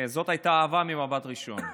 זאת הייתה אהבה ממבט ראשון.